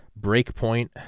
Breakpoint